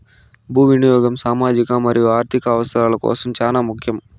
భూ వినియాగం సామాజిక మరియు ఆర్ధిక అవసరాల కోసం చానా ముఖ్యం